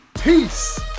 peace